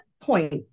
point